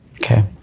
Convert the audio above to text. Okay